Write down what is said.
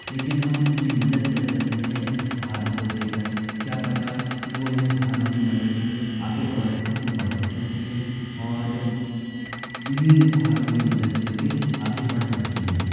लेकिन हम उनकी मदद कर सकते हैं इन उपहारों को दे कर क्या पता वो इन उपहारों की मदद से आगे अच्छे से पढ़ भी सकती हैं और इन्हीं उपहारों की मदद से वे आगे बढ़ सकती हैं